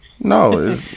No